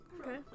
Okay